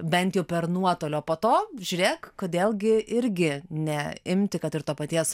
bent jau per nuotolį o po to žiūrėk kodėl gi irgi ne imti kad ir to paties